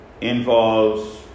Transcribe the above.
involves